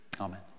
Amen